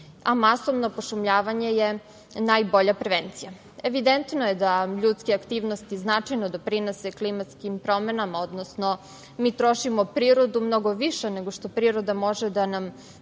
a masovna pošumljavanje je najbolja prevencija. Evidentno je da ljudske aktivnosti značajno doprinose klimatskim promenama, odnosno mi trošimo prirodu mnogo više nego što priroda može da nam